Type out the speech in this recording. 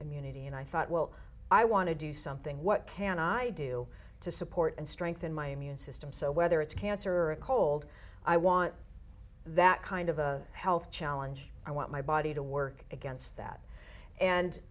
immunity and i thought well i want to do something what can i do to support and strengthen my immune system so whether it's cancer or a cold i want that kind of a health challenge i want my body to work against that and